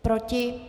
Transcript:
Proti?